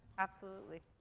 absolutely.